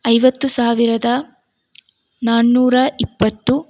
ಐವತ್ತು ಸಾವಿರದ ನಾನೂರ ಇಪ್ಪತ್ತು